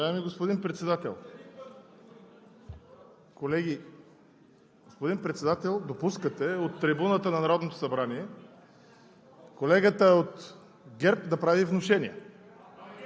Уважаеми господин Председател, колеги! Господин Председател, допускате от трибуната на Народното събрание колегата от ГЕРБ да прави внушения.